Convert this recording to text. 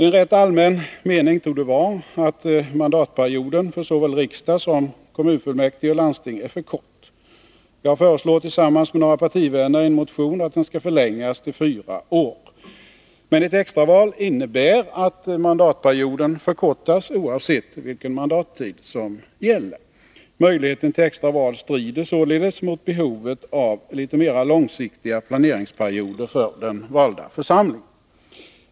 En rätt allmän mening torde vara att mandatperioden för såväl riksdag som kommunfullmäktige och landsting är för kort. Jag föreslår tillsammans med några partivänner i en motion att den skall förlängas till fyra år. Men ett extra val innebär att mandatperioden förkortas, oavsett vilken mandattid som gäller. Möjligheten till extra val strider således mot behovet av litet mera långsiktiga planeringsperioder för den valda församlingen.